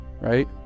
right